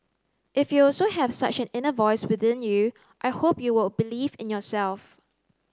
if you also have such an inner voice within you I hope you will believe in yourself